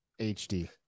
HD